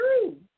true